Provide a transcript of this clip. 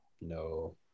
No